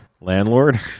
landlord